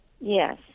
Yes